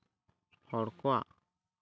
ᱦᱚᱲ ᱠᱚᱣᱟᱜ